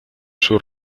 sus